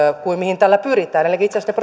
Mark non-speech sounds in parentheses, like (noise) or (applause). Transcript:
kuin mihin tällä pyritään elikkä itse asiassa (unintelligible)